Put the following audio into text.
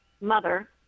mother